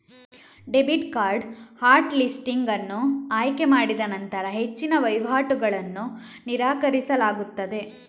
debit card hot listing ಅನ್ನು ಆಯ್ಕೆ ಮಾಡಿನಂತರ ಹೆಚ್ಚಿನ ವಹಿವಾಟುಗಳನ್ನು ನಿರಾಕರಿಸಲಾಗುತ್ತದೆ